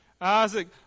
Isaac